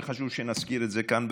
וחשוב שנזכיר את זה כאן,